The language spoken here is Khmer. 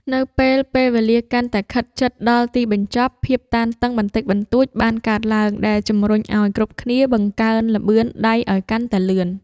នៅពេល ពេលវេលាកាន់តែខិតជិតដល់ទីបញ្ចប់ ភាពតានតឹងបន្តិចបន្តួចបានកើតឡើង ដែលជម្រុញឱ្យគ្រប់គ្នាបង្កើនល្បឿនដៃឱ្យកាន់តែលឿន។